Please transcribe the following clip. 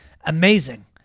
Amazing